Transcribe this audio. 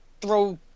throw